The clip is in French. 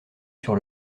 sur